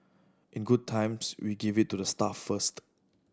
in good times we give it to the staff first